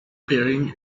pairing